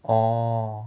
orh